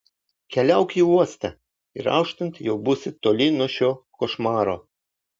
keliauk į uostą ir auštant jau būsi toli nuo šio košmaro